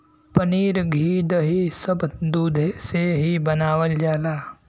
पनीर घी दही सब दुधे से ही बनावल जाला